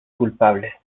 culpable